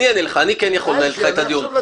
אני אענה לך, אני כן יכול לנהל אתך את הדיון.